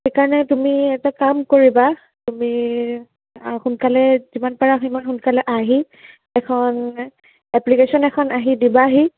সেইকাৰণে তুমি এটা কাম কৰিবা তুমি সোনকালে যিমান পাৰা সিমান সোনকালে আহি এখন এপ্লিকেশ্যন এখন আহি দিবাহি